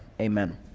Amen